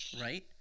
right